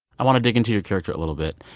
i want to dig into your character a little bit,